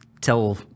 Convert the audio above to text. tell